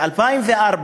ב-2004,